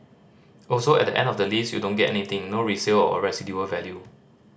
also at the end of the lease you don't get anything no resale or residual value